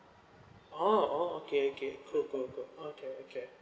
oh oh okay okay cool cool cool okay okay